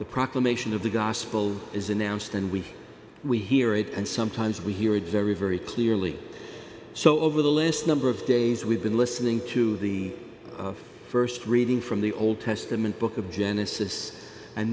the proclamation of the gospel is announced and we we hear it and sometimes we hear it very very clearly so over the last number of days we've been listening to the st reading from the old testament book of genesis and